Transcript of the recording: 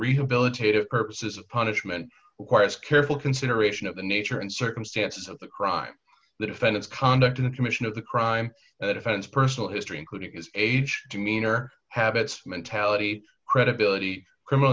rehabilitative services punishment requires careful consideration of the nature and circumstances of the crime the defendant's conduct in the commission of the crime and the defense personal history including his age demeanor habits mentality credibility criminal